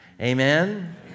Amen